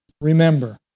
remember